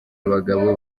abagabo